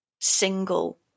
single